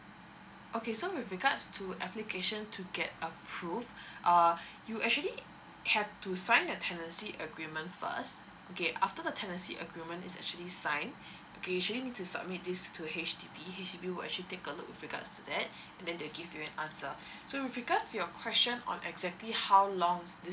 okay so with regards to application to get approve uh you actually have to sign a tenancy agreement first okay after the tenancy agreement is actually signed okay you usually need to submit this to H_D_B H_D_B will actually take a look with regards to that and then they will give you an answer so with regards your question on exactly how long